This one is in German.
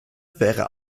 wäre